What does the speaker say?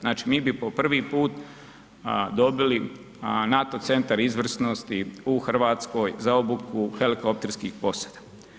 Znači, mi bi po prvi put dobili NATO centar izvrsnosti u RH za obuku helikopterskih posada.